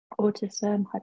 autism